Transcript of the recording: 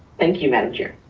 thank you madam chair.